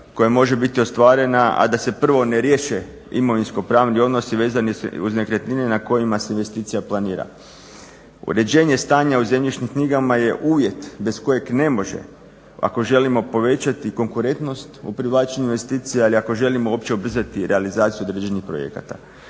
koja može biti ostvarena a da se prvo ne riješe imovinskopravni odnosi vezani uz nekretnine na kojima se investicija planira. Uređenje stanja u zemljišnim knjigama je uvjet bez kojeg ne može, ako želim povećati konkurentnost u privlačenju investicija ili ako želimo uopće ubrzati realizaciju određenih projekata.